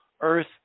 earth